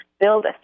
build